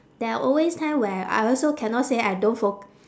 there are always time where I also cannot say I don't fo~